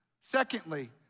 Secondly